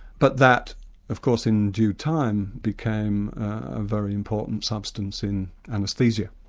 but that of course in due time, became a very important substance in anaesthesia.